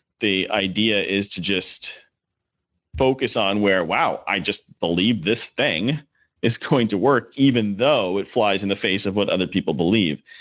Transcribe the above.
the idea is to just focus on where, wow! i just believe this thing is going to work even though it flies in the face of what other people believe,